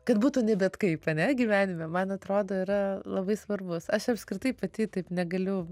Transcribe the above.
kad būtų ne bet kaip ar ne gyvenime man atrodo yra labai svarbus aš apskritai pati taip negaliu